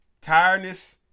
Tiredness